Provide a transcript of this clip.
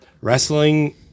wrestling